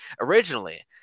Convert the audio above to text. originally